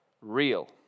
real